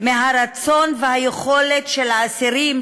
מהרצון והיכולת של האסירים,